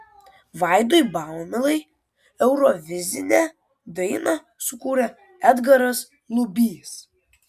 vaidui baumilai eurovizinę dainą sukūrė edgaras lubys